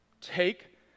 Take